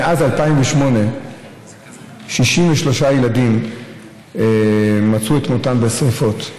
מאז 2008 63 ילדים מצאו את מותם בשרפות.